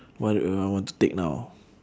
what will I want to take now